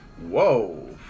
Whoa